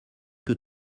que